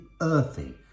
earthy